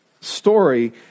story